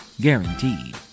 Guaranteed